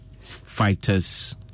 fighters